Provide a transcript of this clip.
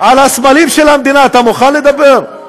על הסמלים של המדינה אתה מוכן לדבר?